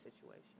situation